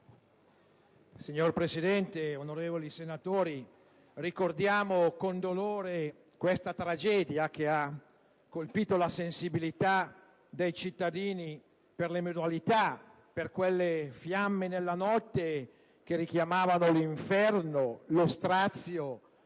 Signor Presidente, onorevoli senatori, ricordiamo con dolore la tragedia di Viareggio, che ha colpito la sensibilità dei cittadini per le sue modalità, per quelle fiamme nella notte che richiamavano l'inferno, per lo strazio